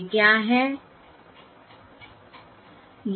ये क्या हैं